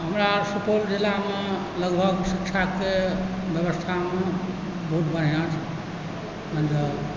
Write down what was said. हमरा सुपौल जिलामे लगभग शिक्षाके व्यवस्थामे बहुत बढ़िआँ छै मानि लिऽ